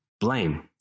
blame